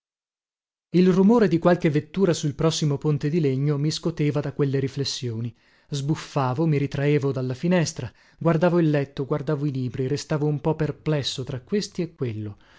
il rumore di qualche vettura sul prossimo ponte di legno mi scoteva da quelle riflessioni sbuffavo mi ritraevo dalla finestra guardavo il letto guardavo i libri restavo un po perplesso tra questi e quello